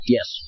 Yes